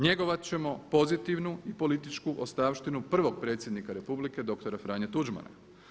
Njegovat ćemo pozitivnu i političku ostavštinu prvog predsjednika Republike dr. Franje Tuđmana.